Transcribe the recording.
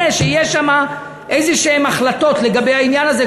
שיהיו שם איזשהן החלטות לגבי העניין הזה,